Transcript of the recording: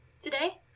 Today